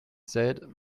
said